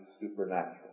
supernatural